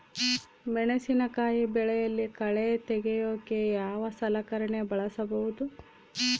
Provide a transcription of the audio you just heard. ಮೆಣಸಿನಕಾಯಿ ಬೆಳೆಯಲ್ಲಿ ಕಳೆ ತೆಗಿಯೋಕೆ ಯಾವ ಸಲಕರಣೆ ಬಳಸಬಹುದು?